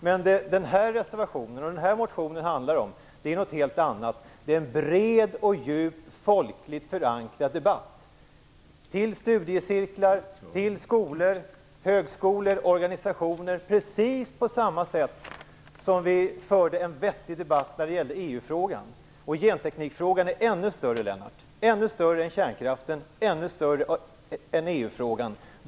Det den här reservationen och den här motionen handlar om är däremot något helt annat. De handlar om möjligheten till en bred och djup, folkligt förankrad debatt i studiecirklar, skolor, högskolor och organisationer, precis på samma sätt som vi kunde föra en vettig debatt vad gällde EU-frågan. Genteknikfrågan är ännu större än så, Lennart Daléus. Den är ännu större än kärnkraften, ännu större än EU-frågan.